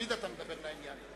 תמיד אתה מדבר לעניין.